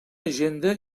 agenda